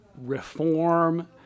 reform